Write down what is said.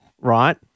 right